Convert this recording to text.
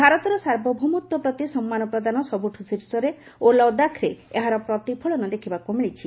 ଭାରତର ସାର୍ବଭୌମତ୍ୱ ପ୍ରତି ସମ୍ମାନ ପ୍ରଦାନ ସବୁଠୁ ଶୀର୍ଷରେ ଓ ଲଦାଖରେ ଏହାର ପ୍ରତିଫଳନ ଦେଖିବାକୁ ମିଳିଛି